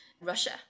Russia